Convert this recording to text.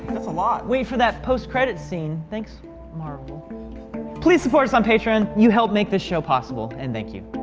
that's a lot. wait for that post-credit scene. thanks please support us on patreon. you helped make this show possible and thank you